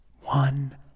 One